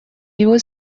его